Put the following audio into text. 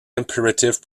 imperative